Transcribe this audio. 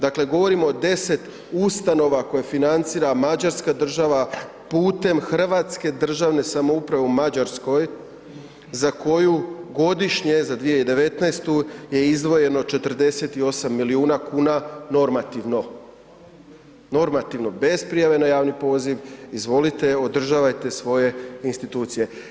Dakle, govorimo o 10 ustanova koje financira Mađarska država putem Hrvatske državne samouprave u Mađarskoj za koju godišnje za 2019. je izdvojeno 48 milijuna kuna normativno, normativno, bez prijave na javni poziv, izvolite, održavajte svoje institucije.